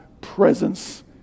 presence